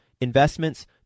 investments